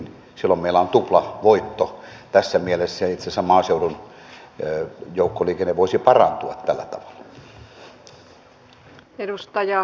silloin meillä on tuplavoitto tässä mielessä ja itse asiassa maaseudun joukkoliikenne voisi parantua tällä tavalla